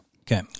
Okay